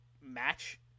match